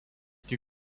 iki